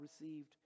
received